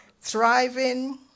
Thriving